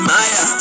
Maya